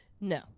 No